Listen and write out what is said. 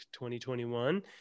2021